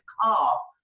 call